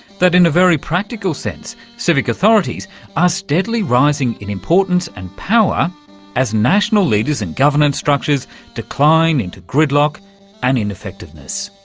that, in a very practical sense, civic authorities are ah steadily rising in importance and power as national leaders and governance structures decline into gridlock and ineffectiveness.